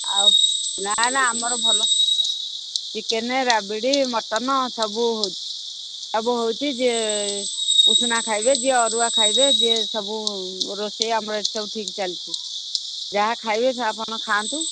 ଆଉ ନାଁ ନାଁ ଆମର ଭଲ ଚିକେନ୍ ରାବିଡ଼ି ମଟନ୍ ସବୁ ହେଉଛି ସବୁ ହେଉଛି ଯିଏ ଉଷୁନା ଖାଇବେ ଯିଏ ଅରୁଆ ଖାଇବେ ଯିଏ ସବୁ ରୋଷେଇ ଆମର ଏଠି ସବୁ ଠିକ୍ ଚାଲିଛି ଯାହା ଖାଇବେ ଆପଣ ଖାଆନ୍ତୁ